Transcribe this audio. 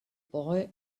boy